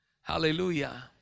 Hallelujah